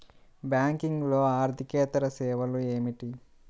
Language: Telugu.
బ్యాంకింగ్లో అర్దికేతర సేవలు ఏమిటీ?